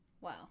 Wow